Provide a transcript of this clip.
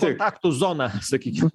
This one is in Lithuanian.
kontaktų zona sakykim